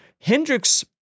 Hendrick's